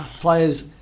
Players